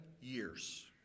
years